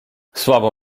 słabo